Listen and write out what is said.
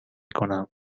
کنم